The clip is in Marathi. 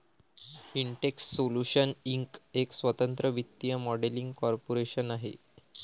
इंटेक्स सोल्यूशन्स इंक एक स्वतंत्र वित्तीय मॉडेलिंग कॉर्पोरेशन आहे